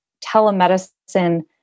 telemedicine